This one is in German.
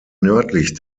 nördlich